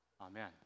Amen